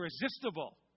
irresistible